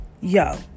Yo